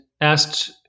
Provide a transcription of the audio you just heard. asked